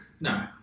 no